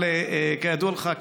כידוע לך,